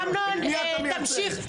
תמשיך,